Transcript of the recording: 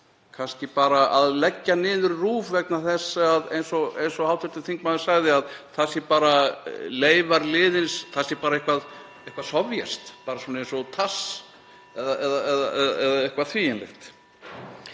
kannski bara að leggja RÚV niður vegna þess, eins og hv. þingmaður sagði, að það sé bara leifar liðins tíma, það sé bara eitthvað sovéskt, bara svona eins og Tass eða eitthvað því